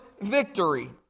victory